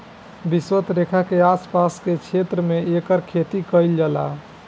विषवत रेखा के आस पास के क्षेत्र में एकर खेती कईल जाला